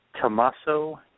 Tommaso